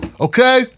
Okay